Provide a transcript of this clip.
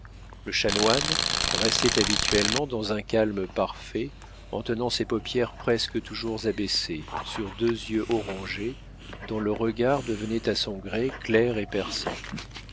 le chanoine restait habituellement dans un calme parfait en tenant ses paupières presque toujours abaissées sur deux yeux orangés dont le regard devenait à son gré clair et perçant